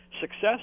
success